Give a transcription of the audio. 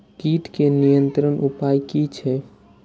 कीटके नियंत्रण उपाय कि छै?